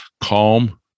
calm